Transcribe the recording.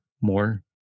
more